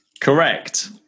Correct